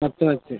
നിറച്ച് നിറച്ച്